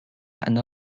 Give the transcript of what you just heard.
and